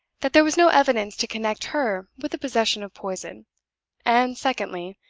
that there was no evidence to connect her with the possession of poison and, secondly,